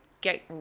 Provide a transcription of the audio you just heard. get